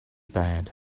bad